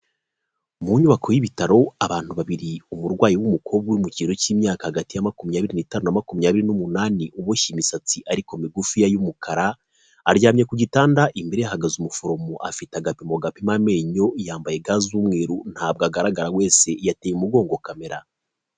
Mu nyubako y'ibitaro abantu babiri umurwayi w'umukobwa uri mu kigero cy'imyaka hagati ya makumyabiri n'itanu na makumyabiri n'umunani ,uboshye imisatsi ariko migufi y'umukara, aryamye ku gitanda imbere ye hahagaze umuforomo afite agapimo gapima amenyo yambaye ga z'umweru ntabwo agaragara wese yateye umugongo kamera.